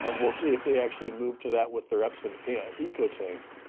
ah we'll see if they actually move to that with their epson eco tanks.